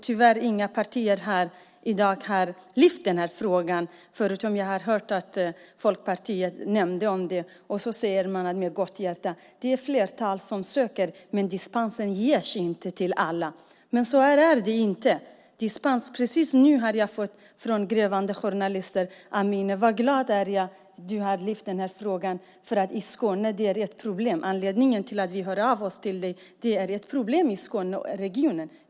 Tyvärr har inga partier i dag lyft upp den här frågan förutom att jag har hört att Folkpartiet talade om det. Man säger med gott hjärta: Det är ett flertal som söker, men dispensen ges inte till alla. Men så är det inte. Precis nu har jag fått höra från grävande journalister: Amineh, vad glad jag är att du har lyft upp den här frågan, för att i Skåne är det ett problem. Anledningen till att vi hör av oss till dig är att det är ett problem i Skåne och regionen.